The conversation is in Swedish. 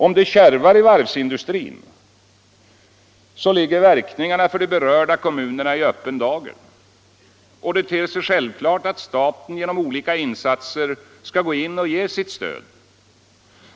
Om det kärvar i varvsindustrin, så ligger verkningarna för de berörda kommunerna i öppen dager. Det ter sig självklart att staten genom olika insatser skall gå in och ge sitt stöd.